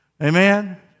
Amen